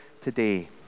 today